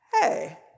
Hey